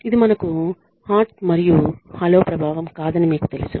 ఇది మనకు horns and halo ప్రభావం కాదని మీకు తెలుసు